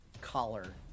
collar